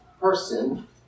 person